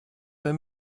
für